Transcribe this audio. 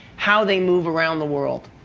how they move around the world.